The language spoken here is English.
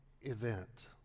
event